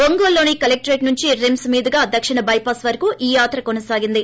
ఒంగోలులోని కలెక్లరేట్ నుంచి రిమ్స్ మీదుగా దక్షిణ బైపాస్ వరకూ ఈ యాత్ర కొనసాగింది